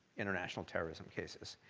international terrorism cases.